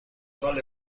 vale